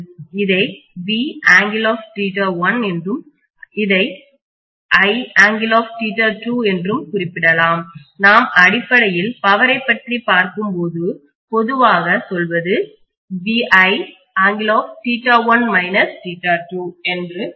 இதை ∠ என்றும் இதை I∠ என்றும் குறிப்பிடலாம் நாம் அடிப்படையில் பவரை பற்றி பார்க்கும்போது பொதுவாக சொல்வது ∠ என்று நீங்கள் அனைவரும் அறிவீர்கள்